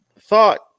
thought